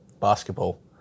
basketball